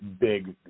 big